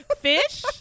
Fish